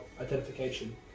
identification